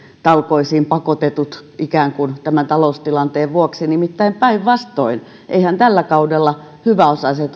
talkoisiin pakotetut ikään kuin tämän taloustilanteen vuoksi nimittäin päinvastoin eiväthän tällä kaudella hyväosaiset